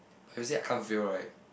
but you say unfair right